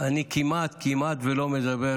אני כמעט ולא מדבר